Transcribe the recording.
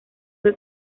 que